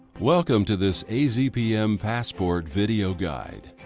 welcome to this azpm passport video guide